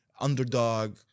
underdog